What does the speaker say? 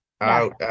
out